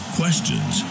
questions